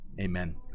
Amen